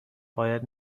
باید